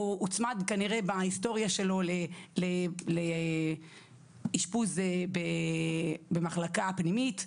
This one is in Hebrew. הוא הוצמד כנראה בהיסטוריה שלו לאשפוז במחלקה פנימית,